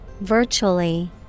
Virtually